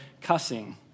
cussing